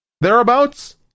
Thereabouts